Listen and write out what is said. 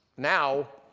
now,